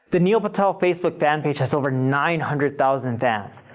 the neil patel facebook fan page has over nine hundred thousand fans.